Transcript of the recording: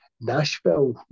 Nashville